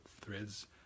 threads